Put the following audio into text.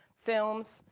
films,